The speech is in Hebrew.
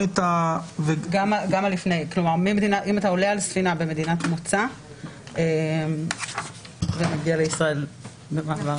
אם אתה עולה על ספינה במדינת מוצא ומגיע לישראל במעבר ימי.